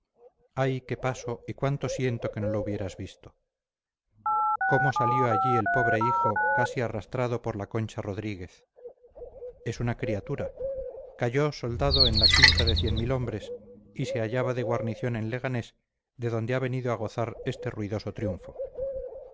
ay qué paso y cuánto siento que no lo hubieras visto cómo salió allí el pobre hijo casi arrastrado por la concha rodríguez es una criatura cayó soldado en la quinta de hombres y se hallaba de guarnición en leganés de donde ha venido a gozar este ruidoso triunfo